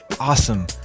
awesome